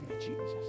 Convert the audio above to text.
Jesus